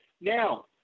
Now